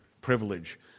privilege